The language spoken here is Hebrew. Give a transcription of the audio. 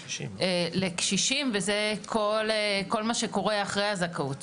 לקשישים וזה כל מה שקורה אחרי הזכאות,